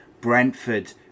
Brentford